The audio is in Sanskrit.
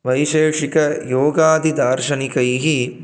वैशेषिक योगादिदार्शनिकैः